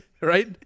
right